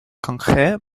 concrets